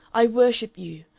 i worship you.